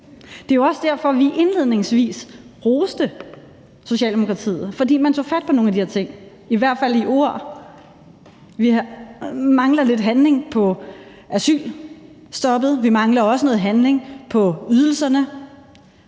Det er jo også derfor, vi indledningsvis roste Socialdemokratiet, altså fordi man tog fat på nogle af de her ting, i hvert fald i ord. Vi mangler lidt handling, hvad angår asylstoppet, og vi mangler også noget handling, hvad angår ydelserne.